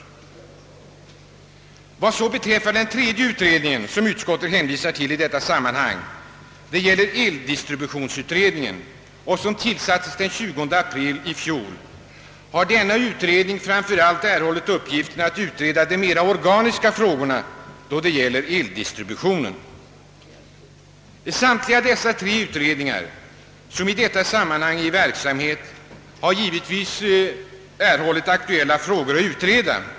Den tredje utredningen som utskottet hänvisar till i detta sammanhang — eldistributionsutredningen, som tillsattes den 20 april 1966 — har framför allt erhållit uppgiften att utreda de organisatoriska frågorna i fråga om eldistributionen. Samtliga dessa tre utredningar har givetvis erhållit aktuella frågor att utreda.